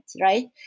right